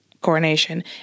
coronation